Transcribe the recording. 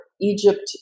Egypt